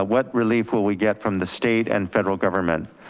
ah what relief will we get from the state and federal government?